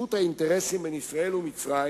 ושותפות האינטרסים בין ישראל למצרים